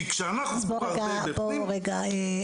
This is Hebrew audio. אין שום הכנה.